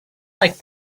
like